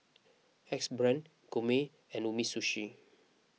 Axe Brand Gourmet and Umisushi